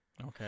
Okay